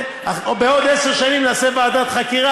בעוד עשר שנים נעשה ועדת חקירה,